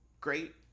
great